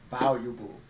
valuable